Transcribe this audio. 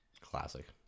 Classic